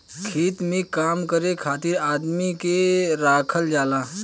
खेत में काम करे खातिर आदमी के राखल जाला